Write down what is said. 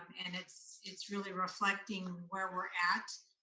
and it's it's really reflecting where we're at.